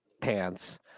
pants